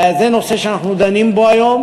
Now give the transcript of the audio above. זה נושא שאנחנו דנים בו היום,